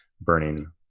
burning